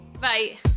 Bye